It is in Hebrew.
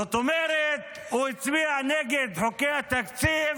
זאת אומרת הוא הצביע נגד חוקי התקציב